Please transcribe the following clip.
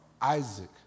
Isaac